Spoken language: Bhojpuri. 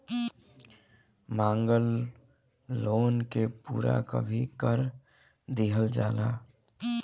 मांगल लोन के पूरा कभी कर दीहल जाला